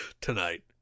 tonight